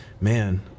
man